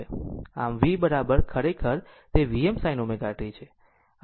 આમ V ખરેખર તે Vm sin ω t છે